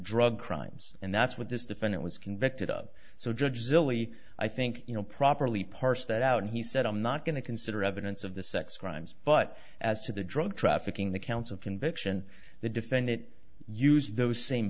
drug crimes and that's what this defendant was convicted of so judge zilly i think you know properly parse that out he said i'm not going to consider evidence of the sex crimes but as to the drug trafficking the counts of conviction the defendant used those same